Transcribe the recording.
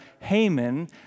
Haman